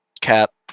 Cap